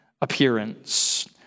appearance